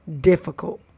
difficult